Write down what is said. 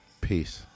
Peace